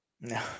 no